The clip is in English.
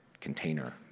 container